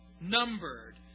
numbered